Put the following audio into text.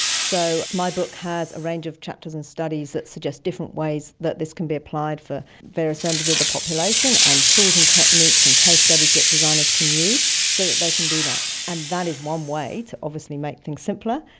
so my book has a range of chapters and studies that suggest different ways that this can be applied for various members of the population and tools and techniques and case studies that designers can use so that they can do that. and that is one way to obviously make things simpler,